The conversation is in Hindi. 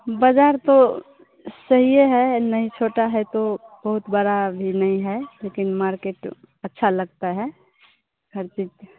बाज़ार तो सही है नहीं छोटा है तो बहुत बड़ा भी नहीं है लेकिन मार्केट अच्छा लगता है हर चीज़